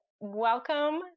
Welcome